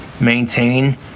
maintain